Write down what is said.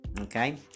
Okay